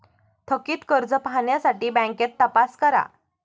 थकित कर्ज पाहण्यासाठी बँकेत तपास करा